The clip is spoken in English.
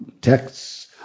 texts